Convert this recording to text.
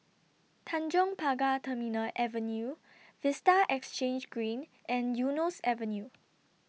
Tanjong Pagar Terminal Avenue Vista Exhange Green and Eunos Avenue